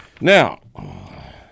Now